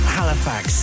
Halifax